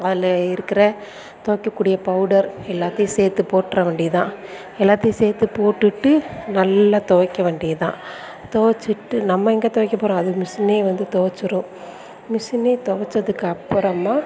அதில் இருக்கிற துவைக்க கூடிய பவுடர் எல்லாத்தையும் சேர்த்து போட்டுற வேண்டிதான் எல்லாத்தையும் சேர்த்து போட்டுட்டு நல்லா துவைக்க வேண்டியதான் துவச்சிட்டு நம்ம எங்கே துவக்க போகிறோம் அது மிஷினே வந்து துவச்சிரும் மிஷினே துவச்சதுக்கப்பறமா